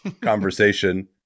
conversation